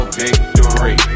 victory